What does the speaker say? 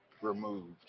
removed